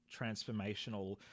transformational